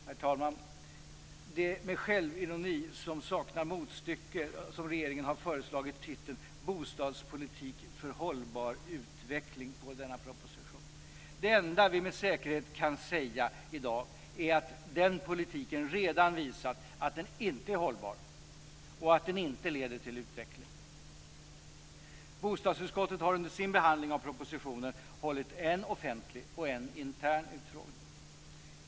Herr talman! Med en självironi som saknar motstycke har regeringen förslagit titeln Bostadspolitik för hållbar utveckling på denna proposition. Det enda vi med säkerhet kan säga i dag är att den politiken redan visat att den inte är hållbar och att den inte leder till utveckling. Bostadsutskottet har under sin behandling av propositionen hållit en offentlig och en intern utfrågning.